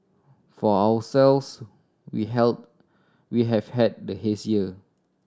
for ourselves we had we have had the haze year